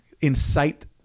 incite